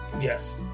Yes